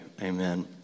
Amen